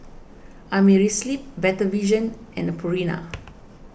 Amerisleep Better Vision and Purina